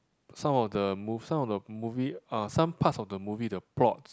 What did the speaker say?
some of the move some of the movie uh some parts of the movie the plot